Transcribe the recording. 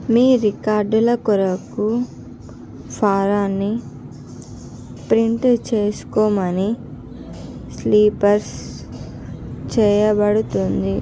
మీ రికార్డుల కొరకు ఫారాన్ని ప్రింట్ చేసుకోమని సిఫార్సు చేయబడుతోంది